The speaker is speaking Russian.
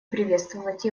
приветствовать